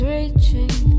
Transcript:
Reaching